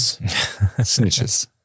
Snitches